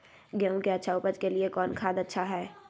गेंहू के अच्छा ऊपज के लिए कौन खाद अच्छा हाय?